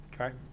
Okay